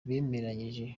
bemeranyijwe